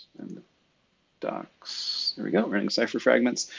and docs. there we go running session fragments.